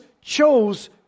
chose